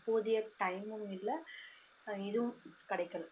போதிய டைமும் இல்லை இதுவும் கிடைக்கல